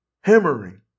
Hammering